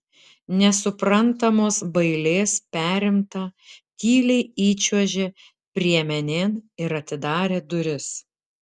nesuprantamos bailės perimta tyliai įčiuožė priemenėn ir atidarė duris